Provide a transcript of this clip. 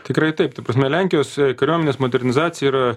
tikrai taip ta prasme lenkijos kariuomenės modernizacija yra